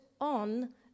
on